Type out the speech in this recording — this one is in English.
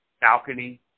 balcony